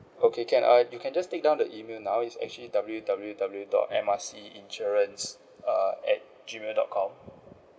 okay can uh you can just take down the email now is actually W W W dot M R C insurance err at G mail dot com